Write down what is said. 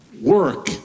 Work